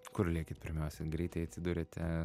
kur lėkėt pirmiausia greitai atsidūrėte